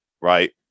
right